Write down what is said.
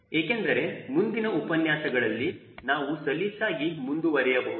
ಏಕೆಂದರೆ ಮುಂದಿನ ಉಪನ್ಯಾಸಗಳಲ್ಲಿ ನಾವು ಸಲೀಸಾಗಿ ಮುಂದುವರೆಯಬಹುದು